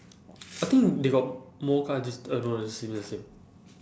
I think they got more cards this uh no lah ya same ya same